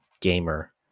Gamer